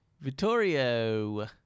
Vittorio